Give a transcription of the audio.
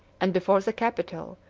and before the capitol,